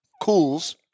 cools